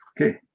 Okay